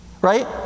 Right